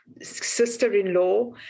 sister-in-law